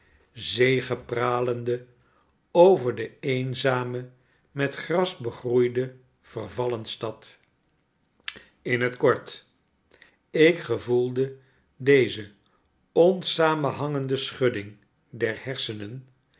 zegepralende over de eenzame met gras begroeide vervallen stad in het kort ik gevoelde deze onsamenhangende schudding derhersenen